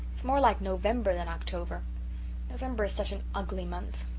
it's more like november than october november is such an ugly month.